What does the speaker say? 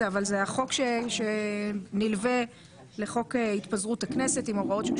זה החוק שנלווה לחוק התפזרות הכנסת עם הוראות.